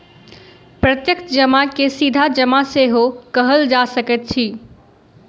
प्रत्यक्ष जमा के सीधा जमा सेहो कहल जा सकैत अछि